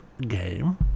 game